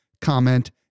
comment